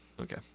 Okay